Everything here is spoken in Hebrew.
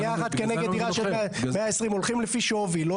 כנגד דירה של 120. הולכים לפי שווי.